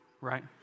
right